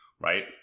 right